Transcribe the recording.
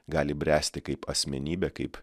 gali bręsti kaip asmenybė kaip